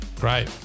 Great